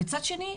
ומצד שני,